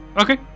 Okay